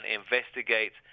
investigate